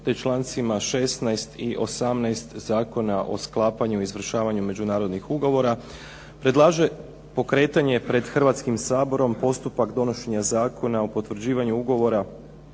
te člancima 16. i 18. Zakona o sklapanju i izvršavanju međunarodnih ugovora predlaže pokretanje pred Hrvatskim saborom postupak donošenja Zakona o potvrđivanju ugovora